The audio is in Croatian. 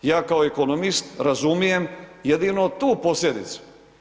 Ja kao ekonomist razumijem jedino tu posljedicu.